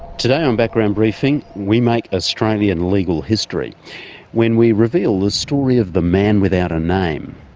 today on background briefing we make australian legal history when we reveal the story of the man without a name.